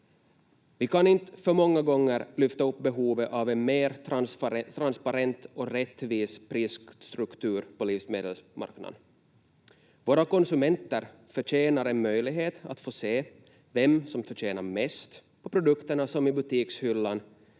Vi kan inte för många gånger lyfta upp behovet av en mer transparent och rättvis prisstruktur på livsmedelsmarknaden. Våra konsumenter förtjänar en möjlighet att få se vem som förtjänar mest på produkterna i butikshyllan